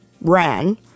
ran